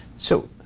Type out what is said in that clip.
so,